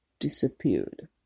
disappeared